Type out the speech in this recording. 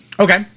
Okay